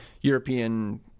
European